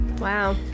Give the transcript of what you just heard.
Wow